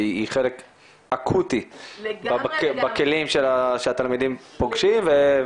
שהיא חלק אקוטי בכלים שהתלמידים פוגשים.